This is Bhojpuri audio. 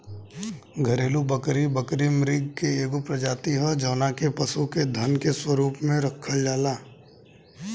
घरेलु बकरी, बकरी मृग के एगो प्रजाति ह जवना के पशु के धन के रूप में राखल जाला